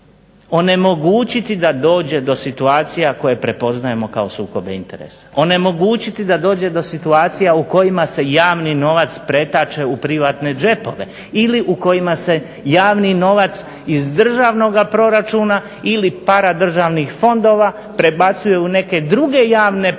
onemogućiti da dođe do situacija koje prepoznajemo kao sukobe interesa. Onemogućiti da dođe do situacija u kojima se javni novac pretače u privatne džepove ili u kojima se javni novac iz državnog proračuna ili paradržavnih fondova prebacuje u neke druge javne proračune